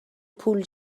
پول